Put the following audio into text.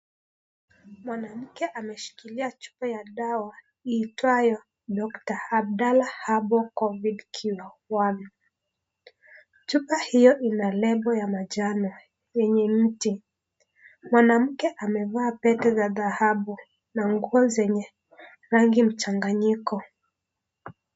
Mwanamke ameshikilia chupa ya dawa iitwayo Dr.Abdellah Herbal Covid Cure 1, chupa hiyo ina lebo ya manjano yenye mche, mwanamke amevaa pete za tahabu na nguo zenye rangi mchanganyiko.